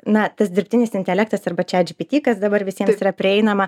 na tas dirbtinis intelektas arba chatgpt kas dabar visiems yra prieinama